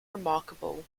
remarkable